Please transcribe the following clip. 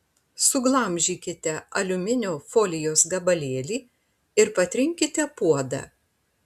suglamžykite aliuminio folijos gabalėlį ir patrinkite puodą